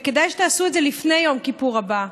וכדאי שתעשו את זה לפני יום כיפור הבא.